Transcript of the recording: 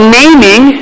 naming